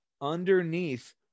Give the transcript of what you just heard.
underneath